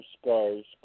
scars